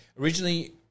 Originally